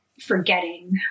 forgetting